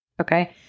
Okay